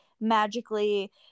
magically –